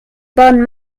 burn